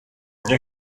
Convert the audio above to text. nie